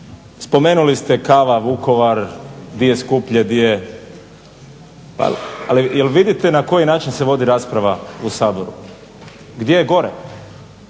Spomenuli ste kava Vukovar, gdje je skuplje. Ali vidite na koji način se vodi rasprava u Saboru? Gdje je gore?